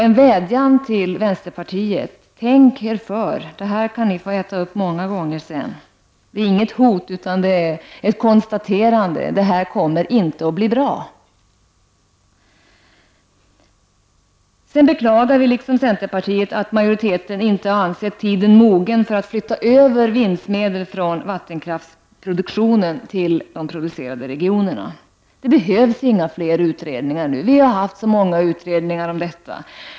En vädjan till vänsterpartiet: Tänk er för! Det här kan ni få äta upp många gånger sedan! Det är inget hot, utan ett konstaterande. Det här kommer inte att bli bra. Vi beklagar liksom centerpartiet att majoriteten inte ansett tiden mogen för att flytta över vinstmedel från vattenkraftproduktionen till de producerande regionerna. Det behövs inte fler utredningar nu. Vi har haft så många utredningar om detta.